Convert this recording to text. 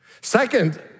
Second